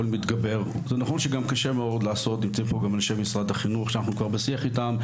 הציעו גם אנשי משרד החינוך שאנחנו כבר בשיח איתם,